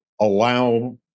allow